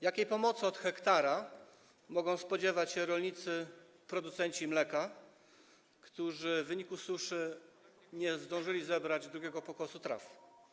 Jakiej pomocy do hektara mogą spodziewać się rolnicy producenci mleka, którzy w wyniku suszy nie zdążyli zebrać drugiego pokosu traw?